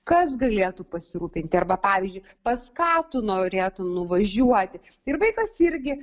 kas galėtų pasirūpinti arba pavyzdžiui pas ką tu norėtum nuvažiuoti ir vaikas irgi